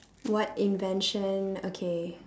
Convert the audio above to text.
what invention okay